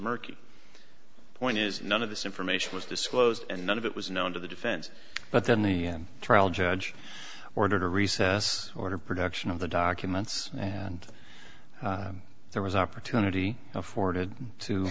murky point is none of this information was disclosed and none of it was known to the defense but then the trial judge ordered a recess ordered production of the documents and there was opportunity afforded to